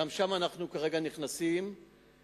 גם שם אנחנו נכנסים ומשלבים.